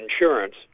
insurance